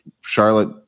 Charlotte